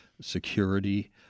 security